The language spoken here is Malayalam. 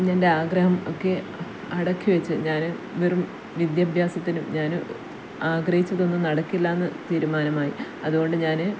പിന്നെ എൻ്റെ ആഗ്രഹം ഒക്കെ അടക്കിവെച്ച് ഞാൻ വെറും വിദ്യാഭ്യാസത്തിന് ഞാൻ ആഗ്രഹിച്ചതൊന്നും നടക്കില്ലാന്ന് തീരുമാനമായി അതുകൊണ്ട് ഞാൻ